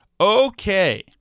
Okay